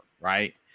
right